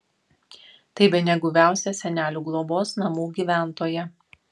tai bene guviausia senelių globos namų gyventoja